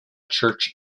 church